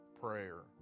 prayer